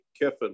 Kiffin